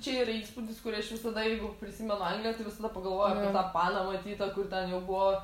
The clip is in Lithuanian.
čia yra įspūdis kurį aš visada jeigu prisimenu angliją tai visada pagalvoju apie tą paną matytą kur ten jau buvo